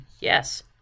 yes